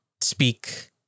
speak